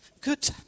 Good